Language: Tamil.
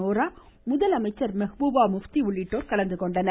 ஓரா முதலமைச்சர் மெஹ்பூபா முப்தி உள்ளிட்டோர் கலந்துகொண்டனர்